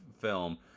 film